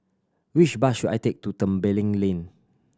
which bus should I take to Tembeling Lane